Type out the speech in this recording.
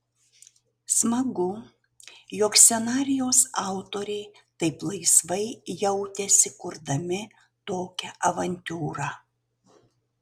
smagu jog scenarijaus autoriai taip laisvai jautėsi kurdami tokią avantiūrą